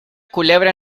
culebra